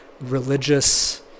religious